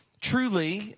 truly